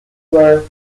were